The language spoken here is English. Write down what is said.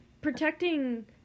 protecting